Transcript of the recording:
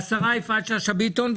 השרה יפעת שאשא ביטון.